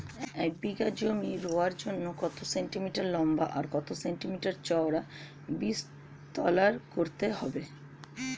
এক বিঘা জমি রোয়ার জন্য কত সেন্টিমিটার লম্বা আর কত সেন্টিমিটার চওড়া বীজতলা করতে হবে?